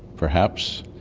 perhaps,